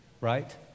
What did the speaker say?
right